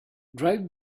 drive